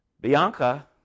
Bianca